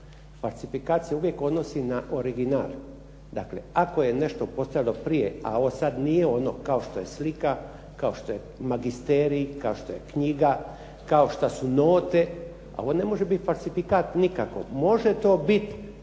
Falsifikat se uvijek odnosi na original. Dakle, ako je nešto postojalo prije a ovo sad nije ono kao što je slika, kao što je magisterij, kao što je knjiga, kao što su note a ovo ne može biti falsifikat nikakvo. Može to biti